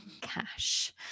cash